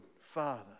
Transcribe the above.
father